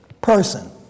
person